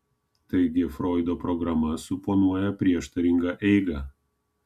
taigi froido programa suponuoja prieštaringą eigą